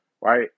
Right